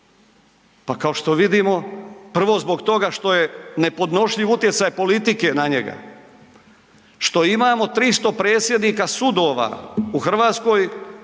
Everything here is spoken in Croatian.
Pa kao što vidimo prvo zbog toga što je nepodnošljiv utjecaj politike na njega. Što imamo 300 predsjednika sudova u Hrvatskoj